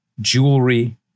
jewelry